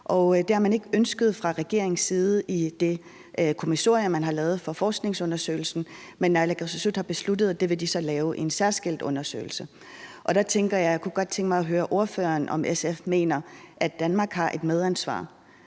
det har man fra regeringens side i det kommissorie, man har lavet for forskningsundersøgelsen, ikke ønsket, men naalakkersuisut har så besluttet, at de vil lave det i en særskilt undersøgelse. Der kunne jeg godt tænke mig at høre ordføreren, om SF mener, at Danmark har et medansvar